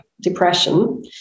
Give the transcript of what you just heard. depression